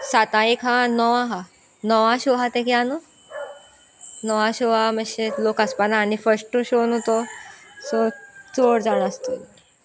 साता एक हा णव आसा णवां शो आसा तेगे या न्हू णवां शो आसा मातशे लोक आसपाना आनी फस्टू शो न्हू तो सो चड जाण आसत